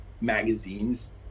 magazines